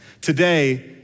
Today